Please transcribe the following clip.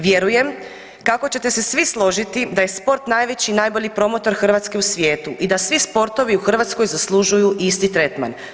Vjerujem kako ćete se svi složiti da je sport najveći i najbolji promotor Hrvatske u svijetu i da svi sportovi u Hrvatskoj zaslužuju isti tretman.